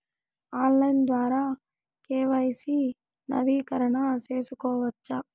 Online ద్వారా KYC నవీకరణ సేసుకోవచ్చా?